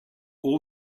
all